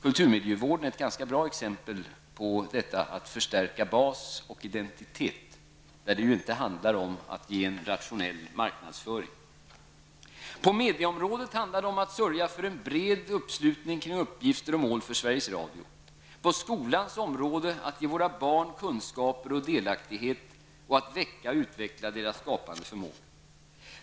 Kulturmiljövården är ett ganska bra exempel på detta med att förstärka bas och identitet, eftersom det ju där inte handlar om att ge en rationell marknadsföring. På medieområdet handlar det om att sörja för en bred uppslutning kring uppgifter och mål för På skolans område handlar det om att ge våra barn kunskaper och delaktighet och att väcka och utveckla deras skapande förmåga.